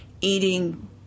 eating